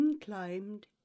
climbed